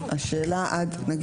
נניח